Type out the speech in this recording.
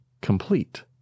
complete